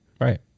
Right